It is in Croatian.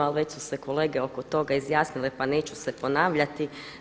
Ali već su se kolege oko toga izjasnile pa neću se ponavljati.